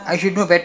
who is older